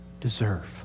deserve